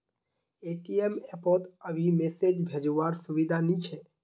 ATM app पोत अभी message भेजो वार सुविधा नी छे